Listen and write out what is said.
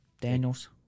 Daniels